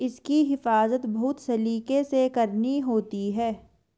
इसकी हिफाज़त बहुत सलीके से करनी होती है